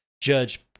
Judge